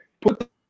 Put